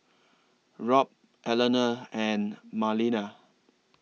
Robt Eleanor and Marlena